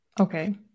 Okay